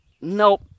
nope